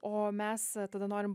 o mes tada norim